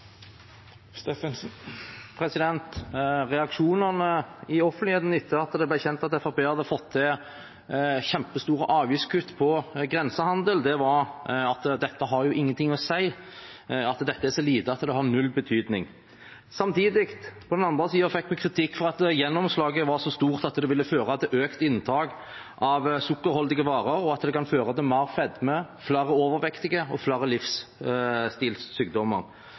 Reaksjonene i offentligheten etter at det ble kjent at Fremskrittspartiet hadde fått til kjempestore avgiftskutt på grensehandel, var at dette hadde ingenting å si – dette var så lite at det hadde null betydning. Samtidig fikk vi kritikk for at gjennomslaget var så stort at det ville føre til økt inntak av sukkerholdige varer, og at det kan føre til mer fedme, flere overvektige og flere